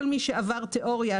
כל מי שעבר תיאוריה,